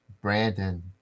Brandon